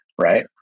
right